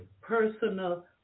personal